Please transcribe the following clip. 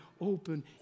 open